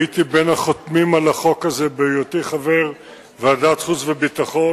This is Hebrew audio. הייתי בין החותמים על החוק הזה בהיותי חבר ועדת החוץ והביטחון.